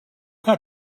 got